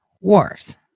wars